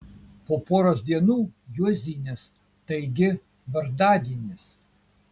po poros dienų juozinės taigi vardadienis